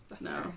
No